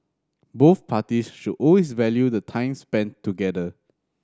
both parties should always value the time spent together